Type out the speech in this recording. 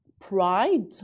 pride